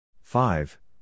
five